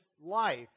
life